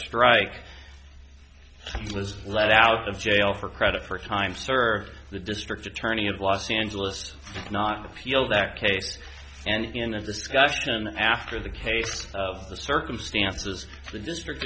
strike was let out of jail for credit for time served the district attorney of los angeles to not appeal that case and in a discussion after the case of the circumstances the district